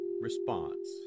response